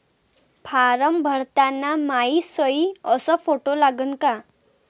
Form भरताना मायी सयी अस फोटो लागन का?